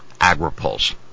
Agripulse